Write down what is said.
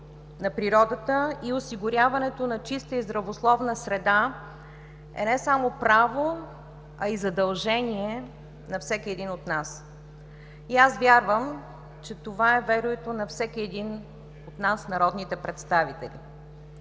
на природата и осигуряването на чиста и здравословна среда е не само право, а и задължение на всеки един от нас. И аз вярвам, че това е веруюто на всеки един от народните представители.